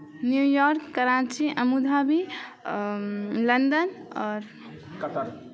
New York Karachi Abu Dhabi London आओर